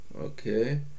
Okay